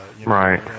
Right